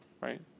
right